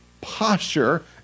posture